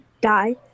die